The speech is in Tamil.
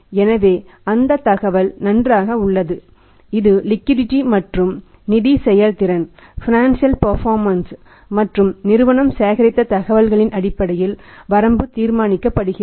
எனவே அந்த தகவல் நன்றாக உள்ளது இது லிக்விடிடி மற்றும் நிதி செயல்திறன் மற்றும் நிறுவனம் சேகரித்த தகவல்களின் அடிப்படையில் வரம்பு தீர்மானிக்கப்படுகிறது